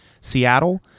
Seattle